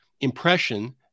impression